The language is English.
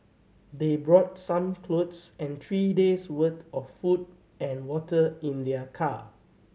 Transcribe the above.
they brought some clothes and three days' worth of food and water in their car